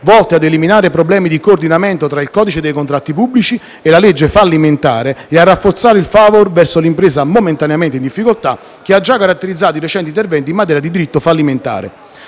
volte a eliminare problemi di coordinamento tra il codice dei contratti pubblici e la legge fallimentare e a rafforzare il *favor* verso l'impresa momentaneamente in difficoltà, che ha già caratterizzato i recenti interventi in materia di diritto fallimentare.